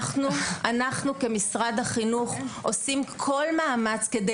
אנחנו כמשרד החינוך עושים כל מאמץ כדי